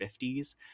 50s